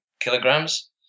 kilograms